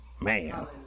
Man